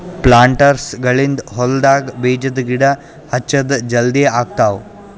ಪ್ಲಾಂಟರ್ಸ್ಗ ಗಳಿಂದ್ ಹೊಲ್ಡಾಗ್ ಬೀಜದ ಗಿಡ ಹಚ್ಚದ್ ಜಲದಿ ಆಗ್ತಾವ್